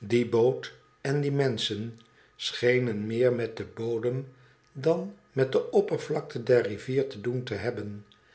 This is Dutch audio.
die boot en die menschen schenen meer met den bodem dan met de oppervlakte der rivier te doen te hebben